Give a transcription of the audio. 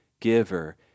giver